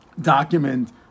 document